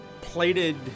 plated